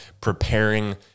preparing